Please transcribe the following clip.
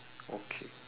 okay